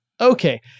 Okay